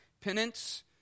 penance